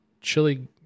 chili